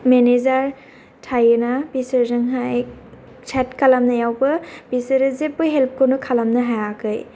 manager थायोना बेसोरजोंहाय साट खालामनायावबो बिसोरो जेबो हेल्प खौनो खालामनो हायाखै